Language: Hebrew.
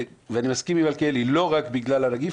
אני מסכים עם מלכיאלי: לא רק בגלל הנגיף,